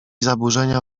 zaburzenia